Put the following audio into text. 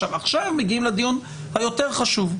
עכשיו מגיעים לדיון היותר חשוב.